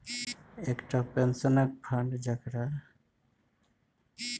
एकटा पेंशनक फंड, जकरा कुनु कुनु देश में सुपरनेशन फंड सेहो कहल जाइत छै